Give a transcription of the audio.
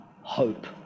hope